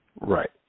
Right